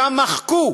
שם מחקו